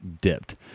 dipped